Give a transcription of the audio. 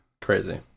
Crazy